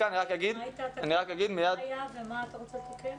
מה הייתה התקנה ומה אתה רוצה לתקן?